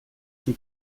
son